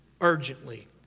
urgently